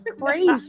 crazy